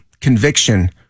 conviction